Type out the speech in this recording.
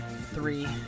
Three